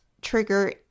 trigger